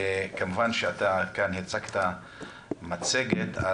כמובן שהצגת כאן מצגת.